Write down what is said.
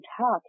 talk